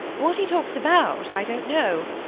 what he talks about i don't know.